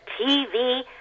tv